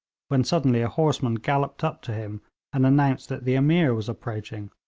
when suddenly a horseman galloped up to him and announced that the ameer was approaching.